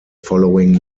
following